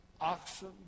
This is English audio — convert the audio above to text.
oxen